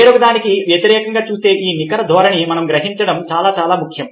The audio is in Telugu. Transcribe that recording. వేరొకదానికి వ్యతిరేకంగా చూసే ఈ నికర ధోరణి మనం గ్రహించడం చాలా చాలా ముఖ్యం